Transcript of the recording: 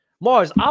Mars